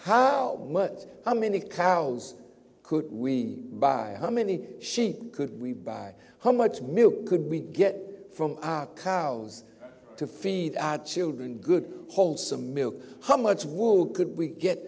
how much how many cows could we buy how many sheep could we buy how much milk could we get from our cows to feed our children good wholesome milk how much wall could we get